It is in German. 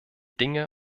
dinge